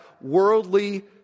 worldly